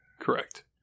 Correct